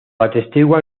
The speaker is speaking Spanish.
atestiguan